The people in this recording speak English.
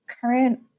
current